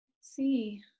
See